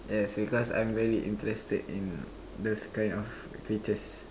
yes because I'm very interested in those kind of creatures